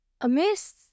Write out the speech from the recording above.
amiss